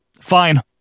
Fine